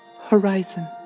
Horizon